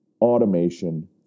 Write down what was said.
automation